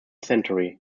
century